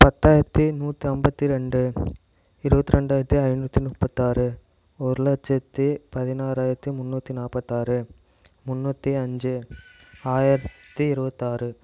பத்தாயிரத்தி நூற்றி ஐம்பத்தி ரெண்டு இருபத்தி ரெண்டாயிரத்தி ஐநூற்றி முப்பத்தாறு ஒரு லட்சத்தி பதினோறாயிரத்தி முன்னூற்றி நாற்பத்தாறு முன்னூற்றி அஞ்சு ஆயிரத்தி இருபத்தாறு